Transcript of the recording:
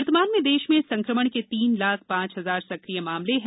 वर्तमान में देश में संक्रमण के तीन लाख पांच हजार सक्रिय मामले हैं